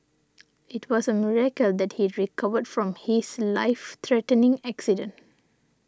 it was a miracle that he recovered from his life threatening accident